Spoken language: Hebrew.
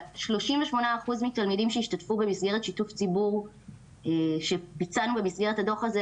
38% מהתלמידים שהשתתפו במסגרת שיתוף ציבור שביצענו במסגרת הדוח הזה,